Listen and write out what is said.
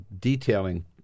detailing